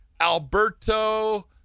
Alberto